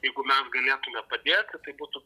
jeigu mes galėtume padėti tai būtų